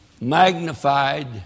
magnified